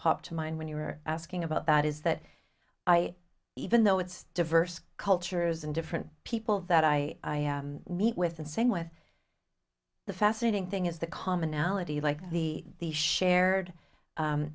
p to mind when you're asking about that is that i even though it's diverse cultures and different people that i meet with and same with the fascinating thing is the commonality like the shared